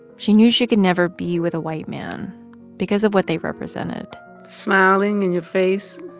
she knew she could never be with a white man because of what they represented smiling in your face,